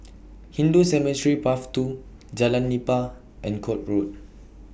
Hindu Cemetery Path two Jalan Nipah and Court Road